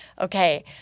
Okay